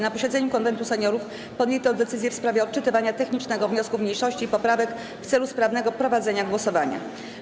Na posiedzeniu Konwentu Seniorów podjęto decyzję w sprawie odczytywania technicznego wniosków mniejszości i poprawek w celu sprawnego prowadzenia głosowania.